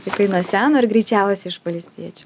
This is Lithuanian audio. tikrai nuo seno ir greičiausiai iš valstiečių